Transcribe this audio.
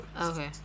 Okay